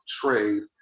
trade